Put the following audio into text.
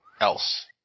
else